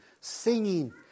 singing